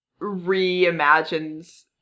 reimagines